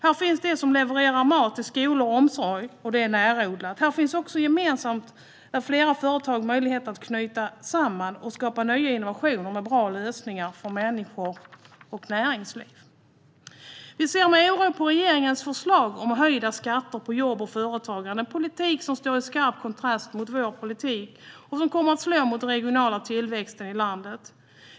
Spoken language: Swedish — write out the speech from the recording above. Här finns de som levererar närodlad mat till skolor och omsorg, och här finns också möjlighet att gemensamt med fler företag knyta samman och skapa nya innovationer och bra lösningar för människor och näringsliv. Vi ser med oro på regeringens förslag om höjda skatter på jobb och företagande - en politik som står i skarp kontrast mot vår politik och som kommer att slå mot den regionala tillväxten i landet.